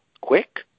quick